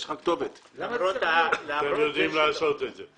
הם יודעים לעשות את זה.